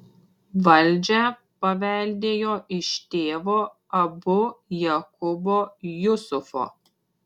valdžią paveldėjo iš tėvo abu jakubo jusufo